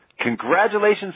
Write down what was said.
Congratulations